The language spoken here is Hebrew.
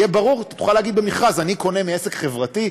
יהיה ברור ותוכל להגיד במכרז: אני קונה מעסק חברתי.